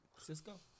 Cisco